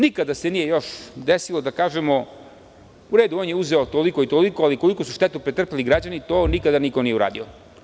Nikada se nije još desilo da kažemo, u redu on je uzeo toliko i toliko, ali koliku su štetu pretrpeli građani, to nikada niko nije uradio.